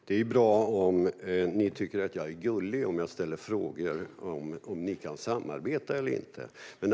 Fru talman! Det är bra att ni tycker att jag är gullig när jag ställer frågor om ni kan samarbeta eller inte.